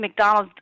McDonalds